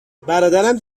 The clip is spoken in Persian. برادرم